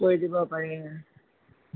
থৈ দিব পাৰি